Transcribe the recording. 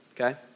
okay